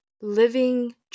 living